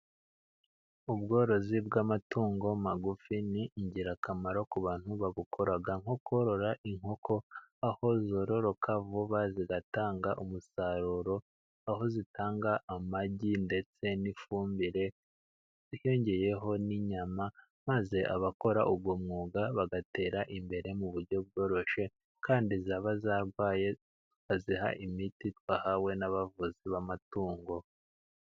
Ubworozi bw'amatungo magufi ni ingirakamaro ku bantu babukora. Nko korora inkoko aho zororoka vuba zigatanga umusaruro, aho zitanga amagi ndetse n'ifumbire hiyongeyeho n'inyama, maze abakora uwo mwuga bagatera imbere mu buryo bworoshye, kandi zaba zarwaye baziha imiti twahawe n'abavuzi b'amatungo.